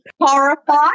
horrified